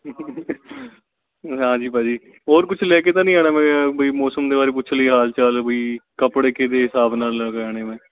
ਹਾਂਜੀ ਭਾਅ ਜੀ ਹੋਰ ਕੁਝ ਲੈ ਕੇ ਤਾਂ ਨਹੀਂ ਆਉਣਾ ਮੈਂ ਕਿਹਾ ਵੀ ਮੌਸਮ ਦੇ ਬਾਰੇ ਪੁੱਛ ਲਈਏ ਹਾਲ ਚਾਲ ਬਈ ਕੱਪੜੇ ਕਿਹਦੇ ਹਿਸਾਬ ਨਾਲ ਲੈ ਕੇ ਆਉਣੇ ਮੈਂ